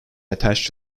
attached